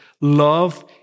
Love